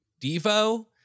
Devo